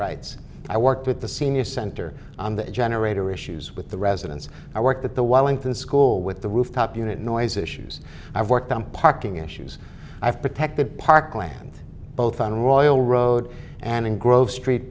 rights i worked with the senior center on the generator issues with the residents i worked at the wiling to school with the roof top unit noise issues i've worked on parking issues i've protected parkland both on royal road and in grove street